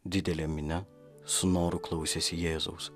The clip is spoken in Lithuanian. didelė minia su noru klausėsi jėzaus